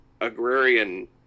agrarian